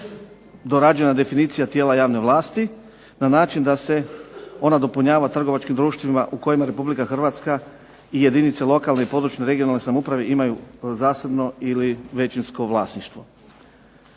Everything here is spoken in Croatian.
dorađena definicija tijela javne vlasti na način da se ona dopunjava trgovačkim društvima u kojima RH i jedinice lokalne i područne (regionalne) samouprave imaju zasebno ili većinsko vlasništvo.